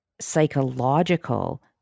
psychological